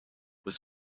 was